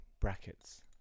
brackets